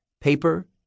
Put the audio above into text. paper